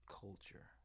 culture